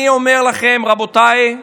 אני אומר לכם, רבותיי,